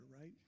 right